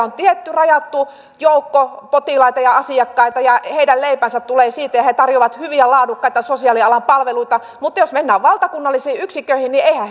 on tietty rajattu joukko potilaita ja asiakkaita heidän leipänsä tulee siitä ja he tarjoavat hyviä laadukkaita sosiaalialan palveluita mutta jos mennään valtakunnallisiin yksiköihin niin eihän